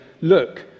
look